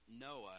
Noah